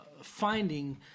finding